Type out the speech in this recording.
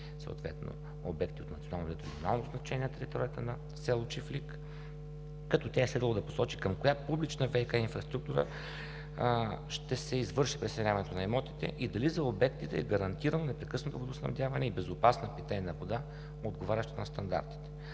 Тук няма обекти от национално и регионално значение .на територията на село Чифлик, като тя е следвало да посочи към коя публична ВиК инфраструктура ще се извърши присъединяването на имотите и дали за обектите е гарантирано непрекъснато водоснабдяване и безопасна питейна вода, отговаряща на стандартите.